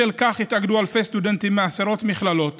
בשל כך התאגדו אלפי סטודנטים מעשרות מכללות